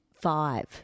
five